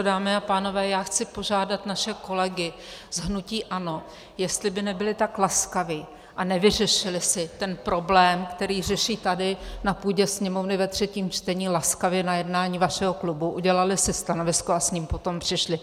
Dámy a pánové, já chci požádat naše kolegy z hnutí ANO, jestli by nebyli tak laskavi a nevyřešili si ten problém, který řeší tady na půdě Sněmovny ve třetím čtení, laskavě na jednání vašeho klubu, udělali si stanovisko a s ním potom přišli.